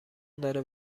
داره